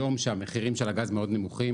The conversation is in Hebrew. היום כשהמחירים של הגז מאוד נמוכים,